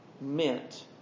meant